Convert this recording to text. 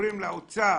עוברים לאוצר